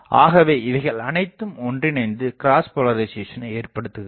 ஆகவே இவைகள் அனைத்தும் ஒன்றிணைந்து கிராஸ் போலரிசேசனை ஏற்படுத்துகிறது